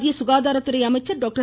மத்திய சுகாதாரத்துறை அமைச்சர் டாக்டர்